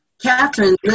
Catherine